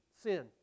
sin